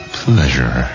pleasure